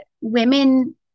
women